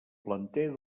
planter